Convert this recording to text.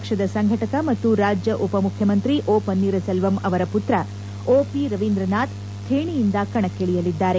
ಪಕ್ಷದ ಸಂಘಟಕ ಮತ್ತು ರಾಜ್ಯ ಉಪಮುಖ್ಯಮಂತ್ರಿ ಓಪನ್ನೀರ್ ಸೆಲ್ವಂ ಅವರ ಮತ್ರ ಓ ಪಿ ರವೀಂದ್ರನಾಥ್ ಥೇಣಿಯಿಂದ ಕಣಕ್ಕಿಳಿಯಲಿದ್ದಾರೆ